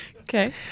Okay